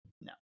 no